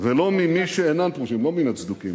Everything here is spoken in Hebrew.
ולא ממי שאינם פרושים" לא מן הצדוקים,